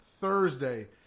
Thursday